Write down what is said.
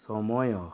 ସମୟ